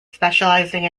specializing